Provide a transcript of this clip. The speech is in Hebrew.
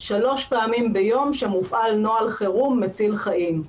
שלוש פעמים ביום שמופעל נוהל חירום מציל חיים.